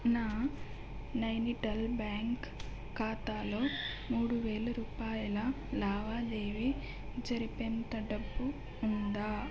నా నైనిటాల్ బ్యాంక్ ఖాతాలో మూడు వేల రూపాయల లావాదేవీ జరిపేంత డబ్బు ఉందా